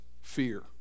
fear